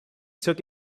took